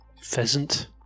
pheasant